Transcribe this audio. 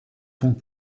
pont